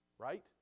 Right